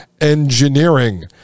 engineering